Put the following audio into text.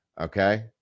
okay